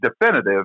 definitive